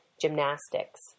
gymnastics